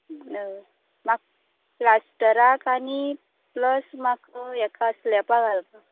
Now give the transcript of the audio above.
हय म्हाका प्लास्टराक आनी प्लस म्हाका हाका स्लेपाक घालपाक